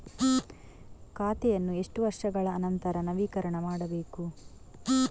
ಖಾತೆಯನ್ನು ಎಷ್ಟು ವರ್ಷಗಳ ನಂತರ ನವೀಕರಣ ಮಾಡಬೇಕು?